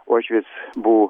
uošvis buvo